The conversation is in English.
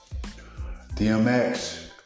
DMX